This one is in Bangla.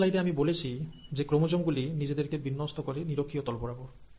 আগের স্লাইডে আমি বলেছি যে ক্রোমোজোম গুলি নিজেদেরকে বিন্যস্ত করে নিরক্ষীয় তল বরাবর